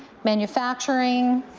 manufacturing,